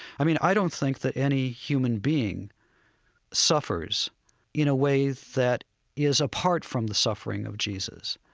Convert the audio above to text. i mean, i don't think that any human being suffers in a way that is apart from the suffering of jesus.